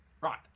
Right